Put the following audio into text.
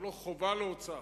הוא לא חובה להוצאה.